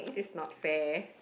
it's not fair